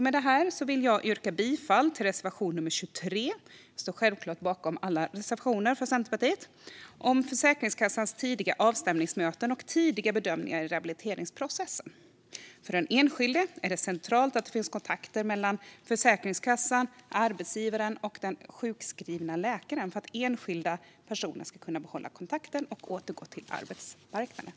Med detta vill jag yrka bifall till reservation nummer 23 - jag står självklart bakom alla reservationer från Centerpartiet - om Försäkringskassans tidiga avstämningsmöten och tidiga bedömningar i rehabiliteringsprocessen. För den enskilde är det centralt att det finns kontakter mellan Försäkringskassan, arbetsgivaren och den sjukskrivande läkaren för att enskilda personer ska kunna behålla kontakten med och återgå till arbetsmarknaden.